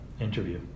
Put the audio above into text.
interview